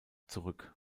zurück